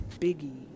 Biggie